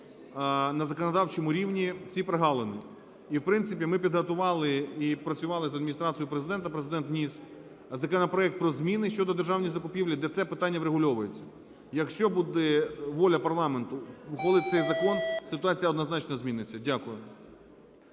на законодавчому рівні, ці прогалини. І, в принципі, ми підготували і працювали з Адміністрацією Президента. Президент вніс законопроект про зміни щодо державних закупівель, де це питання врегульовується. Якщо буде воля парламенту ухвалити цей закон, ситуація однозначно зміниться. Дякую.